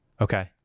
Okay